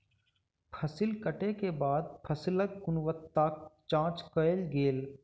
फसिल कटै के बाद फसिलक गुणवत्ताक जांच कयल गेल